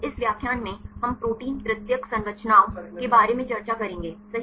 इस व्याख्यान में हम प्रोटीन तृतीयक संरचनाओं के बारे में चर्चा करेंगे सही